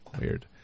Weird